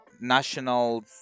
national